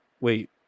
Wait